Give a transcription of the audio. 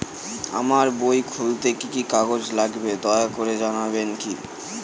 আমার বই খুলতে কি কি কাগজ লাগবে দয়া করে জানাবেন কি?